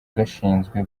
gashinzwe